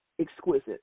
exquisite